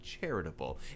charitable